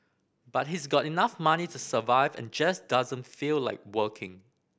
but he's got enough money to survive and just doesn't feel like working